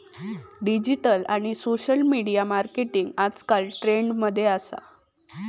digital आणि social media marketing आजकल trend मध्ये असा